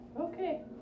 Okay